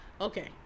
okay